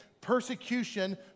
persecution